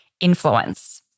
influence